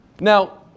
Now